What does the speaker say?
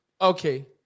Okay